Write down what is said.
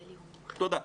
תודה.